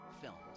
films